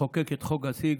לחוקק את חוק הסגד,